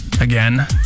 again